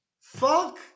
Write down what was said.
fuck